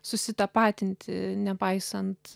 susitapatinti nepaisant